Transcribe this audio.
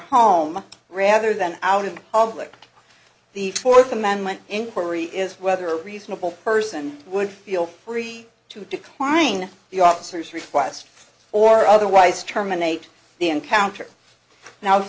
home rather than out in public the fourth amendment inquiry is whether a reasonable person would feel free to decline the officers request or otherwise terminate the encounter now if